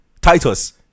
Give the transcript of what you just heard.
Titus